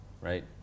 right